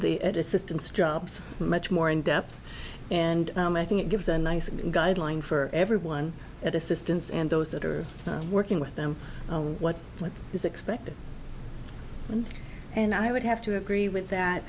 the assistance jobs much more in depth and i think it gives a nice guideline for everyone at assistance and those that are working with them what is expected and i would have to agree with that